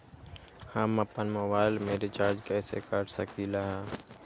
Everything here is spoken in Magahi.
हम अपन मोबाइल में रिचार्ज कैसे कर सकली ह?